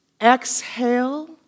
Exhale